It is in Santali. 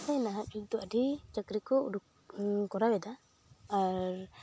ᱱᱟᱦᱟᱜ ᱡᱩᱜᱽ ᱫᱚ ᱟᱹᱰᱤ ᱪᱟᱠᱨᱤ ᱠᱚ ᱩᱰᱩᱠ ᱠᱚᱨᱟᱣ ᱮᱫᱟ ᱟᱨ